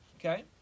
Okay